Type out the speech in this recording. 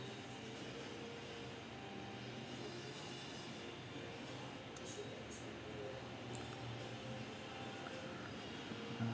uh